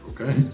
Okay